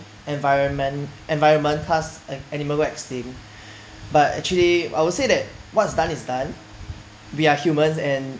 environment environmental animal extinct but actually I would say that what's done is done we are humans and